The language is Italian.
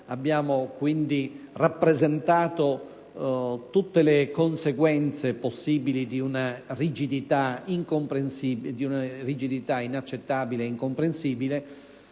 Abbiamo rappresentato tutte le conseguenze possibili di una rigidità inaccettabile e incomprensibile,